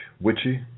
witchy